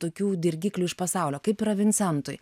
tokių dirgiklių iš pasaulio kaip yra vincentui